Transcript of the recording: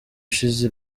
ushize